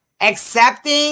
accepting